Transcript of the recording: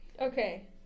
Okay